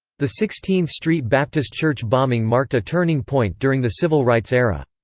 the sixteenth street baptist church bombing marked a turning point during the civil rights era.